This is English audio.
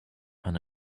and